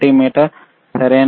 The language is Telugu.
మల్టీమీటర్ సరియైనదా